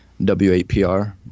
WAPR